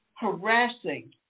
harassing